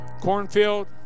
cornfield